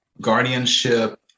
guardianship